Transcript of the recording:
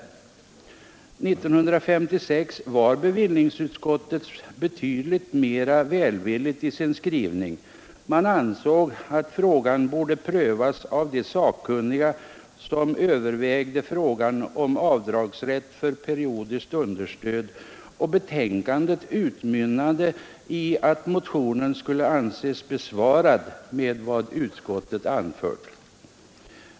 1956 var bevillningsutskottet betydligt mera välvilligt i sin skrivning. Man ansåg att frågan borde prövas av de sakkunniga som övervägde frågan om avdragsrätt för periodiskt understöd, och betänkandet utmynnade i att motionen skulle anses besvarad med vad utskottet anfört.